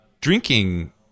drinking